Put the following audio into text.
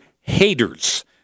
haters